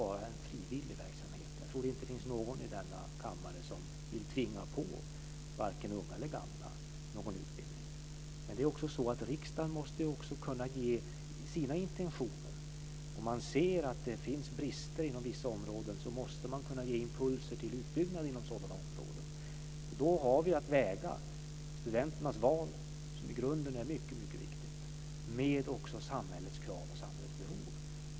Jag tror inte att det finns någon i denna kammare som vill tvinga på vare sig unga eller gamla någon utbildning. Men riksdagen måste också kunna visa sina intentioner. Om man ser att det finns brister inom vissa områden måste man kunna ge impulser till utbyggnad inom sådana områden. Då har vi att väga studenternas val, som i grunden är mycket viktigt, mot samhällets krav och samhällets behov.